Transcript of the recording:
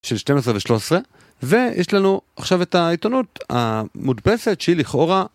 של 12 ו13 ויש לנו עכשיו את העיתונות המודפסת שהיא לכאורה